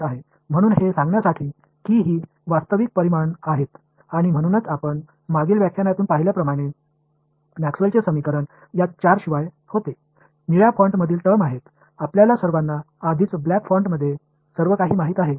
म्हणूनच हे सांगण्यासाठी की ही वास्तविक परिमाण आहेत आणि म्हणूनच आपण मागील व्याख्यानातून पाहिल्याप्रमाणे मॅक्सवेलचे समीकरण या चारशिवाय होते निळ्या फॉन्ट मधील टर्म्स आहेत आपल्या सर्वांना आधीच ब्लॅक फॉन्टमध्ये सर्वकाही माहित आहे